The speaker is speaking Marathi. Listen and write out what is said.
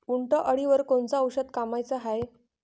उंटअळीवर कोनचं औषध कामाचं हाये?